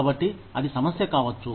కాబట్టి అది సమస్య కావచ్చు